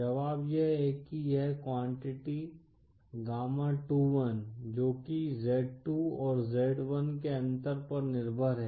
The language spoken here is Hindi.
जवाब यह है कि यह क्वांटिटी गामा 21 जोकि z2 और z1 के अंतर पर निर्भर है